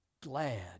glad